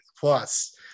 plus